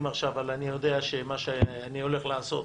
עכשיו אבל אני יודע שאת מה שאני הולך לעשות